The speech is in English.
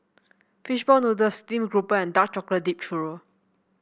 fish ball noodles stream grouper and Dark Chocolate Dipped Churro